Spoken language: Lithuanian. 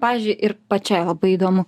pavyzdžiui ir pačiai labai įdomu